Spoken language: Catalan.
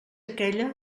aquella